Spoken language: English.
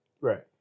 Right